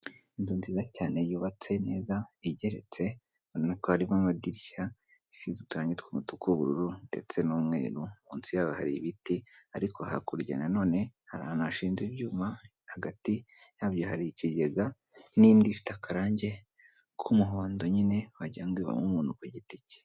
Inzu nziza cyane yubatse neza igeretse ubona ko harimo amadirishya, isize uturangi tw'umutuku, ubururu ndetse n'umweru, munsi yaho hari ibiti ariko hakurya na none hari ahantu hashinze ibyuma hagati yabyo hari ikigega n'indi ifite akarange k'umuhondo nyine wagira ngo ibamo umuntu ku giti cye.